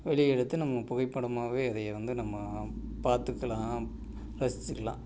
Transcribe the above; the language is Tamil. வெளியே எடுத்து நம்ம புகைப்படமாகவே அதை வந்து நம்ம பார்த்துக்கலாம் ரசிச்சுக்கலாம்